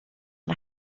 and